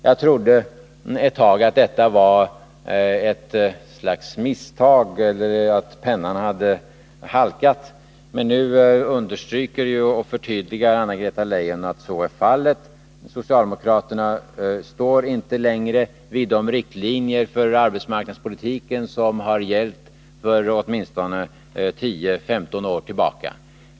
Jag trodde ett tag att det var ett slags misstag eller att pennan hade halkat, men nu understryker ju och förtydligar Anna-Greta Leijon att socialdemokraterna inte längre står kvar vid de riktlinjer för arbetsmarknadspolitiken som har gällt sedan åtminstone 10-15 år tillbaka.